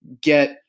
get